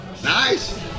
Nice